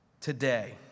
today